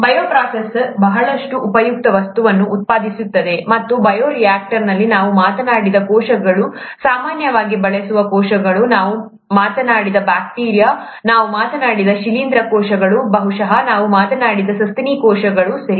bioprocess ಬಹಳಷ್ಟು ಉಪಯುಕ್ತ ವಸ್ತುಗಳನ್ನು ಉತ್ಪಾದಿಸುತ್ತದೆ ಮತ್ತು ಬಯೋರಿಯಾಕ್ಟರ್ನಲ್ಲಿ ನಾವು ಮಾತನಾಡಿದ ಕೋಶಗಳು ಸಾಮಾನ್ಯವಾಗಿ ಬಳಸುವ ಕೋಶಗಳು ನಾವು ಮಾತನಾಡಿದ ಬ್ಯಾಕ್ಟೀರಿಯಾ ನಾವು ಮಾತನಾಡಿದ ಶಿಲೀಂಧ್ರ ಕೋಶಗಳು ಬಹುಶಃ ನಾವು ಮಾತನಾಡಿದ ಸಸ್ತನಿ ಕೋಶಗಳು ಸರಿ